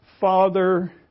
father